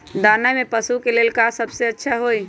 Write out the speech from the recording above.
दाना में पशु के ले का सबसे अच्छा होई?